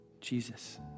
Jesus